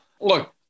Look